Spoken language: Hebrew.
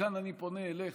וכאן אני פונה אליך,